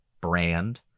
brand